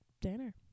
dinner